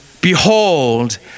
Behold